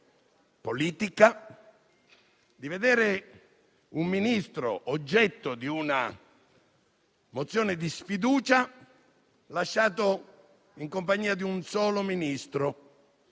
politica che vedo un Ministro, oggetto di una mozione di sfiducia, lasciato in compagnia di un solo altro